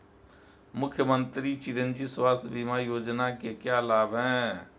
मुख्यमंत्री चिरंजी स्वास्थ्य बीमा योजना के क्या लाभ हैं?